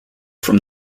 from